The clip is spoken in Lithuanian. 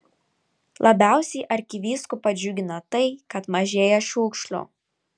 labiausiai arkivyskupą džiugina tai kad mažėja šiukšlių